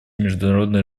международной